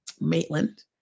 Maitland